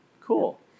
Cool